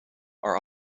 are